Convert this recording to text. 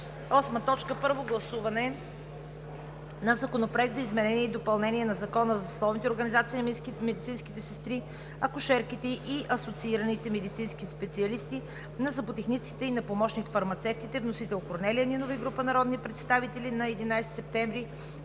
2020 г. 8. Първо гласуване на законопроекти за изменение и допълнение на Закона за съсловните организации на медицинските сестри, акушерките и асоциираните медицински специалисти, на зъботехниците и на помощник-фармацевтите. Вносители – Корнелия Нинова и група народни представители, 11 септември